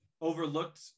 overlooked